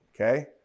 okay